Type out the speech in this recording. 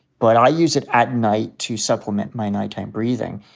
but i use it at night to supplement my nighttime breathing.